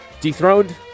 Dethroned